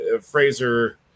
fraser